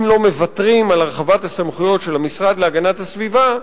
שאם לא מוותרים על הרחבת הסמכויות של המשרד להגנת הסביבה,